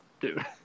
dude